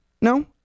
No